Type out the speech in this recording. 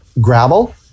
gravel